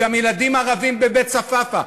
גם ילדים ערבים בבית-צפאפא,